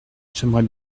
j’aimerais